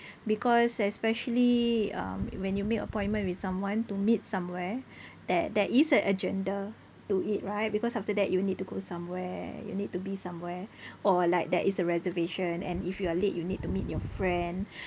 because especially um when you make appointment with someone to meet somewhere there there is a agenda to it right because after that you need to go somewhere you need to be somewhere or like there is a reservation and if you are late you need to meet your friend